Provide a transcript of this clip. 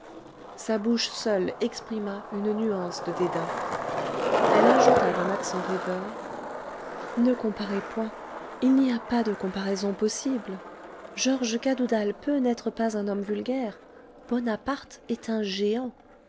sa bouche seule exprima une nuance de dédain elle ajouta d'un accent rêveur ne comparez point il n'y a pas de comparaison possible georges cadoudal peut n'être pas un homme vulgaire bonaparte est un géant